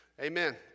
Amen